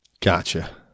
Gotcha